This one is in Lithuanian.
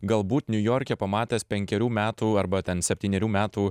galbūt niujorke pamatęs penkerių metų arba ten septynerių metų